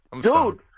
dude